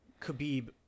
Khabib